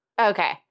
Okay